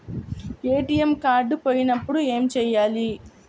ATM card పోయినప్పుడు ఏమి చేయాలి?